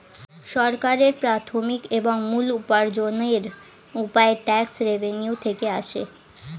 সরকারের প্রাথমিক এবং মূল উপার্জনের উপায় ট্যাক্স রেভেন্যু থেকে আসে